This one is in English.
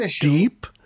deep